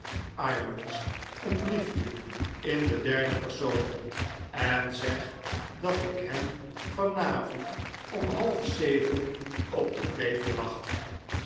een briefje in den derden persoon en zeg dat ik hem vanavond om half zeven op de thee wacht